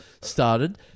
started